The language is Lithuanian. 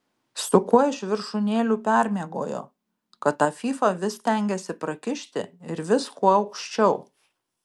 su kuo iš viršūnėlių permiegojo kad tą fyfą vis stengiasi prakišti ir vis kuo aukščiau